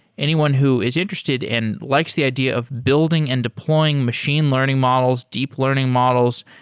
anyone who is interested and likes the idea of building and deploying machine learning models, deep learning models,